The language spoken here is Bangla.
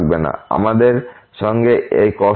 আমাদের সঙ্গে এই cos 2nx আছে